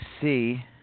see